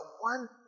one